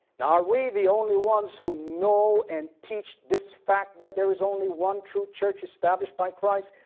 now are we the only ones who know and teach this fact that there is only one true church established by christ?